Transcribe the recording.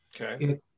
Okay